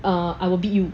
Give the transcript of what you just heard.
err I will beat you